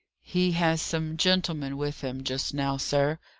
he has some gentlemen with him just now, sir.